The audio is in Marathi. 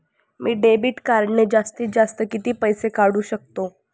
मी डेबिट कार्डने जास्तीत जास्त किती पैसे काढू शकतो?